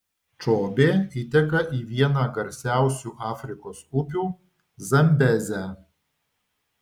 čobė įteka į vieną garsiausių afrikos upių zambezę